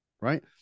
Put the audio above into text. right